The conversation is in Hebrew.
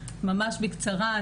ממש בקצרה,